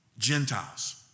Gentiles